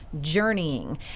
journeying